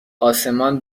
آسمان